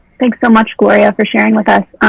thanks so much, gloria for sharing with us.